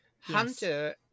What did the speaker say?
Hunter